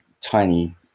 tiny